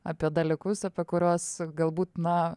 apie dalykus apie kuriuos galbūt na